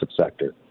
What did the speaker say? sector